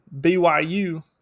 BYU